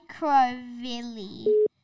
Microvilli